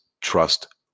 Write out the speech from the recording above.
trust